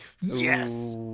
Yes